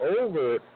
over